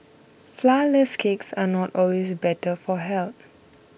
Flourless Cakes are not always better for health